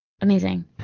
amazing